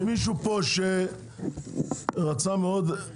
יש מישהו פה שרצה מאוד לדבר?